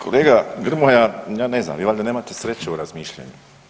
Kolega Grmoja ja ne znam, vi valjda nemate sreće u razmišljanju.